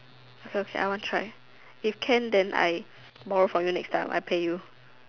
it's okay I want try if can then I borrow from you next time I pay you